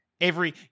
Avery